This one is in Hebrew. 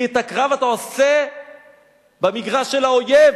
כי את הקרב אתה עושה במגרש של האויב.